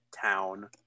town